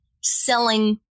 selling